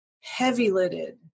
heavy-lidded